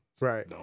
Right